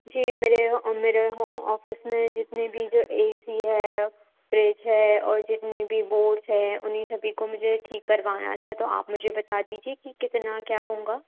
जी मेरे वो मेरे ऑफ़िस में जितने भी जो ए सी है फ्रिज है और जितने भी बोर्ड्स हैं उन्हें सभी को मुझे ठीक करवाना था तो आप मुझे बता दीजिए कि कितना क्या होंगा